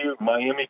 Miami